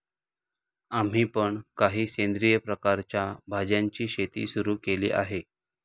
आम्ही पण काही सेंद्रिय प्रकारच्या भाज्यांची शेती सुरू केली आहे